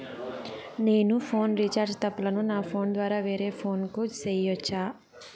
నేను phone recharge తప్పులను నా ఫోను ద్వారా వేరే ఫోను కు సేయొచ్చా?